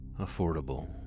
Affordable